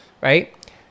Right